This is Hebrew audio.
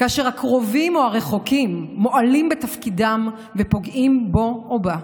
כאשר הקרובים או הרחוקים מועלים בתפקידם ופוגעים בו או בה.